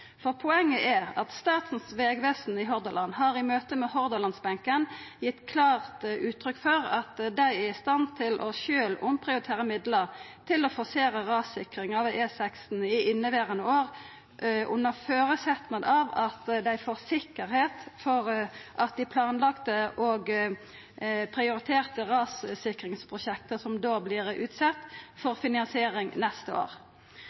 Poenget er at Statens vegvesen i Hordaland har i møte med hordalandsbenken gitt klart uttrykk for at dei er i stand til sjølve å omprioritera midlar til å forsera rassikring av E16 i inneverande år, under føresetnad av at dei får sikkerheit for at dei planlagde og prioriterte rassikringsprosjekta som då vert utsette, får finansiering neste år.